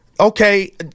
okay